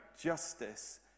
justice